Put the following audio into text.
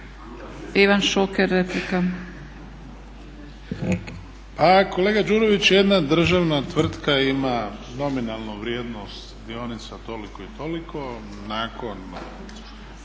Ivan (HDZ)** Pa kolega Đurović, jedna državna tvrtka ima nominalnu vrijednost dionica toliko i toliko, nakon